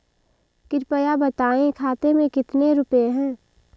कृपया बताएं खाते में कितने रुपए हैं?